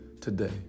today